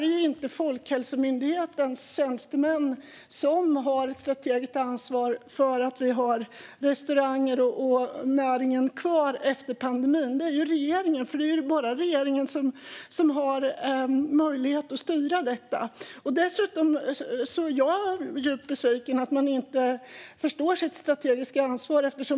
Det är inte Folkhälsomyndighetens tjänstemän som har strategiskt ansvar för att vi har en restaurangnäring kvar efter pandemin, utan det är regeringen. Det är bara regeringen som har möjlighet att styra detta. Dessutom är jag djupt besviken över att man inte förstår sitt strategiska ansvar.